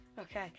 Okay